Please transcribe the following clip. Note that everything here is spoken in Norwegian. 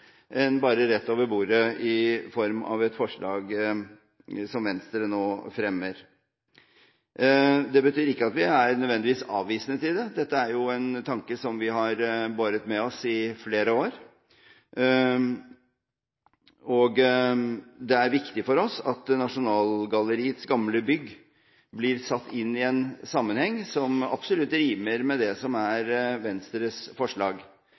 bare rett over bordet i form av et forslag som Venstre nå fremmer. Det betyr ikke nødvendigvis at vi er avvisende til det. Dette er jo en tanke som vi har båret med oss i flere år. Det er viktig for oss at Nasjonalgalleriets gamle bygg blir satt inn i en sammenheng som absolutt rimer med det som er Venstres forslag.